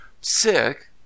Sick